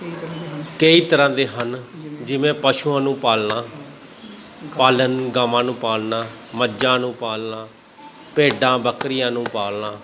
ਕਈ ਤਰ੍ਹਾਂ ਦੇ ਹਨ ਜਿਵੇਂ ਪਸ਼ੂਆਂ ਨੂੰ ਪਾਲਣਾ ਪਾਲਣ ਗਾਵਾਂ ਨੂੰ ਪਾਲਣਾ ਮੱਝਾਂ ਨੂੰ ਪਾਲਣਾ ਭੇਡਾਂ ਬੱਕਰੀਆਂ ਨੂੰ ਪਾਲਣਾ